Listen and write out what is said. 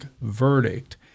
verdict